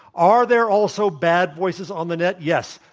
are there also bad voices on the net? yes.